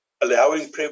allowing